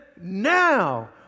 now